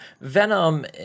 Venom